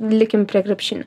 likim prie krepšinio